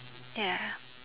ya